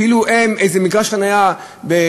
כאילו הם איזה מגרש חניה בבית-חולים,